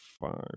five